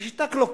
היא שיטה קלוקלת.